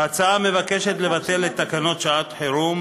ההצעה מבקשת לבטל את תקנות שעת חירום